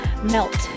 melt